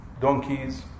donkeys